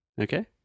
Okay